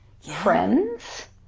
friends